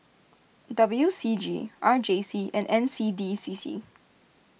W C G R J C and N C D C C